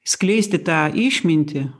skleisti tą išmintį